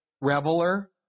Reveler